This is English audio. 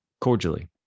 Cordially